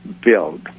build